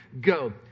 Go